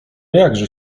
jakże